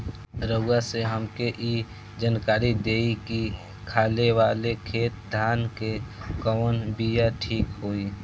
रउआ से हमके ई जानकारी देई की खाले वाले खेत धान के कवन बीया ठीक होई?